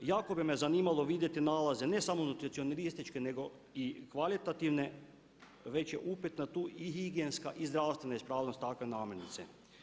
Jako bi me zanimalo vidjeti nalaze, ne samo nutricionističke nego i kvalitativne, već je upitna tu i higijenska i zdravstvena ispravnost takve namirnice.